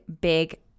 big